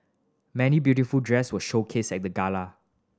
many beautiful dress were showcased at the gala